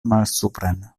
malsupren